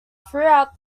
throughout